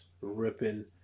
ripping